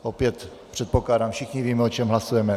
Opět předpokládám, všichni víme, o čem hlasujeme.